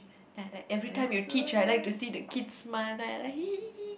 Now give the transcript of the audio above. ya like everytime you teach I like to see the kids smile then I like